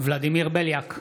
ולדימיר בליאק,